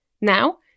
now